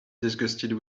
disgusted